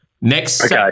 Next